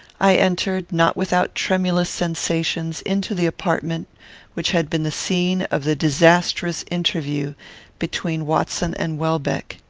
i entered, not without tremulous sensations, into the apartment which had been the scene of the disastrous interview between watson and welbeck.